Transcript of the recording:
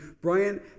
Brian